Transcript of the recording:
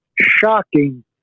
shocking